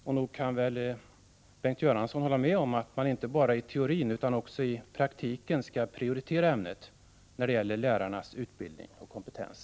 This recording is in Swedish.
Och nog kan väl Bengt Göransson hålla med om att man inte bara i teorin utan även i praktiken skall prioritera ämnet när det gäller lärarnas utbildning och kompetens?